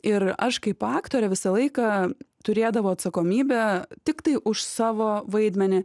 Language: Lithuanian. ir aš kaip aktorė visą laiką turėdavau atsakomybę tiktai už savo vaidmenį